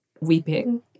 weeping